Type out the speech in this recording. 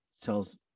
tells